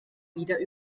wieder